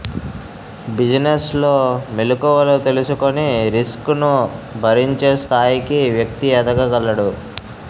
business లో మెలుకువలు తెలుసుకొని రిస్క్ ను భరించే స్థాయికి వ్యక్తి ఎదగగలడు